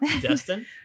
Destin